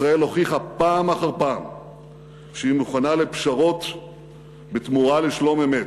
ישראל הוכיחה פעם אחר פעם שהיא מוכנה לפשרות בתמורה לשלום-אמת,